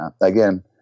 again